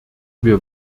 wir